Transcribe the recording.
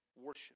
worship